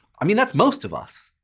i mean, that's most of us.